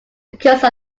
because